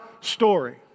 Story